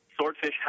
swordfish